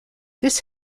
this